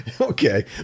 Okay